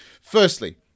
Firstly